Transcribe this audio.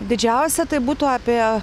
didžiausia tai būtų apie